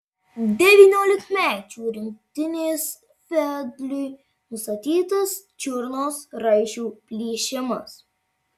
devyniolikmečių rinktinės vedliui nustatytas čiurnos raiščių plyšimas